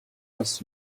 бас